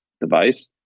device